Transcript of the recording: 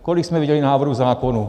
Kolik jsme viděli návrhů zákonů?